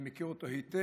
אני מכיר אותו היטב,